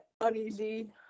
uneasy